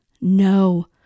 No